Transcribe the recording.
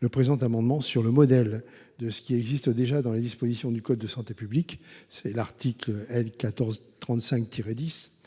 le présent amendement, sur le modèle de ce qui existe déjà à l’article L. 1435 10 du code de la santé publique pour l’utilisation